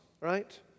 right